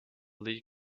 lee